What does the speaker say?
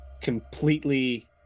Completely